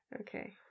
Okay